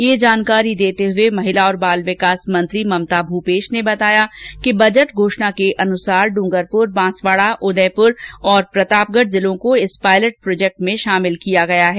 यह जानकारी देते हुए महिला और बाल विकास मंत्री ममता भूपेश ने बताया कि बजट घोषणा के अनुसार ड्रंगरपुर बांसवाडा उदयपुर और प्रतापगढ जिलों को इस पायलट प्रोजेक्ट में शामिल किया गया है